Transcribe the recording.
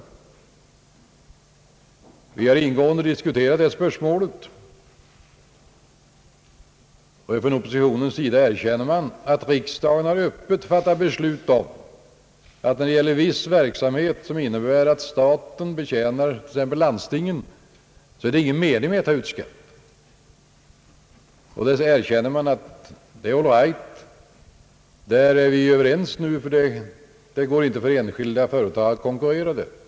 Inom utskottet har vi ingående diskuterat den frågan. Oppositionen erkänner att det är riktigt att riksdagen öppet har beslutat att beträffande viss verksamhet, som innebär att staten betjänar t.ex. landstingen, är det ingen mening med att ta ut skatt för. Där är vi överens, ty det är inte möjligt för enskilda företag att konkurrera på det området.